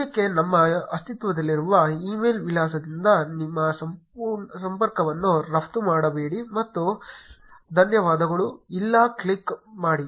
ಸದ್ಯಕ್ಕೆ ನಿಮ್ಮ ಅಸ್ತಿತ್ವದಲ್ಲಿರುವ ಇಮೇಲ್ ವಿಳಾಸದಿಂದ ನಿಮ್ಮ ಸಂಪರ್ಕಗಳನ್ನು ರಫ್ತು ಮಾಡಬೇಡಿ ಮತ್ತು ಧನ್ಯವಾದಗಳು ಇಲ್ಲ ಕ್ಲಿಕ್ ಮಾಡಿ